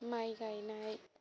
माइ गायनाय